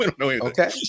Okay